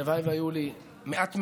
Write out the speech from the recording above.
הלוואי שהיו לי מעט מהן.